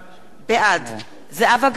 בעד זהבה גלאון,